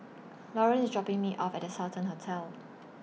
Loren IS dropping Me off At The Sultan Hotel